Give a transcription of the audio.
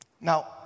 Now